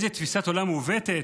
איזו תפיסת עולם מעוותת.